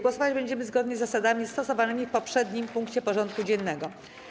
Głosować będziemy zgodnie z zasadami stosowanymi w poprzednim punkcie porządku dziennego.